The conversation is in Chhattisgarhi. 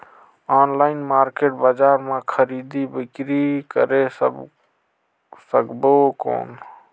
ऑनलाइन मार्केट बजार मां खरीदी बीकरी करे सकबो कौन?